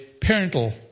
parental